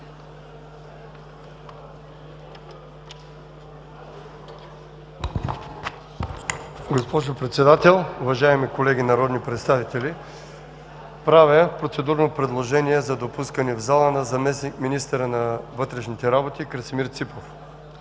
Госпожо Председател, уважаеми колеги народни представители! Правя процедурно предложение за допускане в залата на заместник-министъра на вътрешните работи Красимир Ципов.